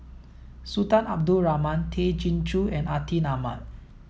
Sultan Abdul Rahman Tay Chin Joo and Atin Amat